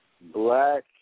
black